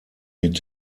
mit